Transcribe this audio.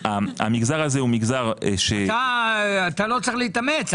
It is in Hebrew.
אתה לא צריך להתאמץ.